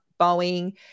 Boeing